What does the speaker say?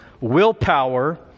Willpower